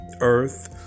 earth